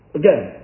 again